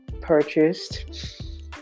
purchased